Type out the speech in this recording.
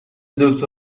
دکتر